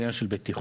בעניין של בטיחות